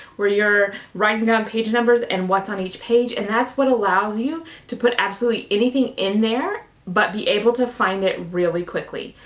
where you're writing down ah page numbers and what's on each page, and that's what allows you to put absolutely anything in there, but be able to find it really quickly.